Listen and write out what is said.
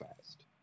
fast